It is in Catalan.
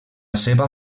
seva